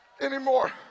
anymore